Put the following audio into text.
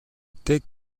tech